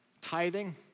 tithing